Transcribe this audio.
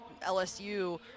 LSU